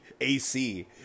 AC